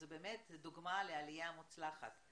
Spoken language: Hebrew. את באמת דוגמה לעלייה מוצלחת.